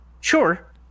Sure